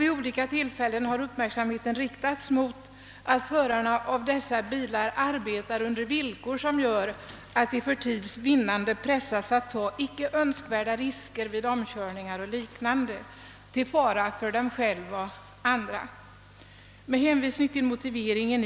Vid olika tillfällen har uppmärksamheten riktats mot att förarna av bilar i yrkesmässig trafik — och situationen torde vara densamma inom vissa delar av firmatrafiken — arbetar under villkor som gör att de pressas att ta inte önskvärda risker vid omkörningar och liknande. Det är emellertid inte endast förarnas och eventuella passagerares säkerhet det här gäller utan alla trafikanters.